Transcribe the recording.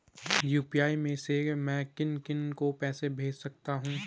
UPI से मैं किन किन को पैसे भेज सकता हूँ?